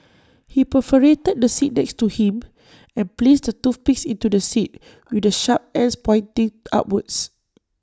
he perforated the seat next to him and placed the toothpicks into the seat with the sharp ends pointing upwards